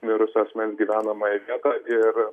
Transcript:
mirusio asmens gyvenamąją vietą ir